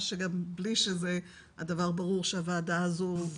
שבלי שזה הדבר ברור שהוועדה הזאת תעשה.